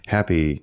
Happy